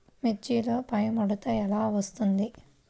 మిర్చిలో పైముడత ఎలా వస్తుంది?